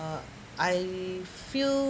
uh I feel